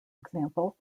example